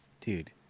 Dude